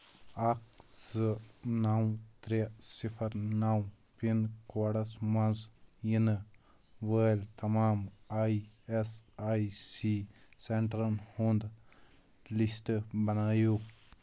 اکھ زٕ نو ترٛے صفر نَو پِن کوڈس مَنٛز یِنہٕ وٲلۍ تمام آی ایس آی سی سینٹرن ہُنٛد لسٹ بنٲیِو